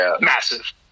Massive